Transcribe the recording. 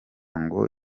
ngo